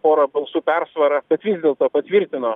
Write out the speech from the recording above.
pora balsų persvara bet vis dėlto patvirtino